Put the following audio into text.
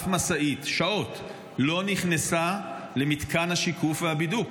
במשך שעות אף משאית לא נכנסה למתקן השיקוף והבידוק.